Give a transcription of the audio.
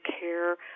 care